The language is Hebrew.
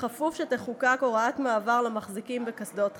כפוף לכך שתחוקק הוראת מעבר למחזיקים בקסדות חצי,